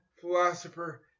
philosopher